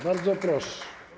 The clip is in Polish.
Bardzo proszę.